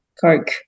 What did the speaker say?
Coke